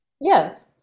Yes